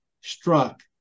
struck